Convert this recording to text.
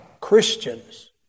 Christians